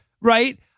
Right